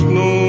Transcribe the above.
no